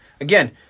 again